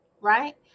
right